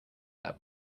their